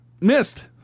missed